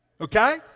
Okay